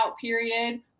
period